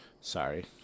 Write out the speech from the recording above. Sorry